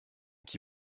qui